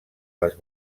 les